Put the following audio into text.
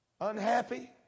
Unhappy